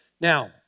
Now